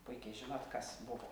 puikiai žinot kas buvo